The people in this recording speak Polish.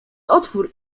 otwór